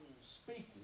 speaking